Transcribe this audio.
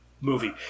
movie